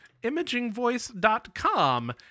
imagingvoice.com